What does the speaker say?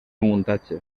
muntatge